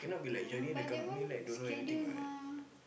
ya but that one schedule mah